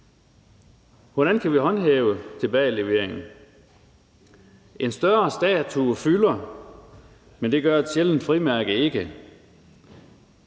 Hvordan kan vi sikre tilbageleveringen? En stor statue fylder, men det gør et sjældent frimærke ikke.